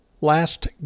last